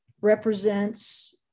represents